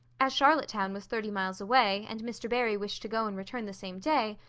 as charlottetown was thirty miles away and mr. barry wished to go and return the same day,